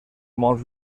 molt